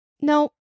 No